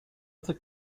other